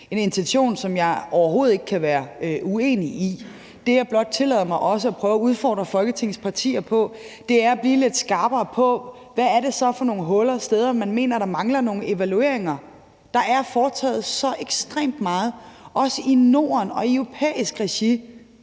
en intention, som jeg overhovedet ikke kan være uenig i. Det, jeg blot tillader mig også at prøve at udfordre Folketingets partier på, er at blive lidt skarpere på, hvad det så er for nogle steder, hvor man mener der mangler nogle evalueringer. Der er foretaget så ekstremt meget, også i Norden og i europæisk regi.